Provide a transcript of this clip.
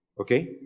Okay